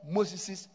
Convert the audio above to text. Moses